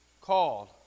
called